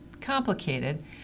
complicated